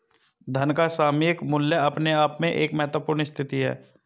धन का सामयिक मूल्य अपने आप में एक महत्वपूर्ण स्थिति है